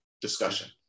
discussion